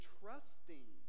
trusting